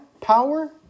power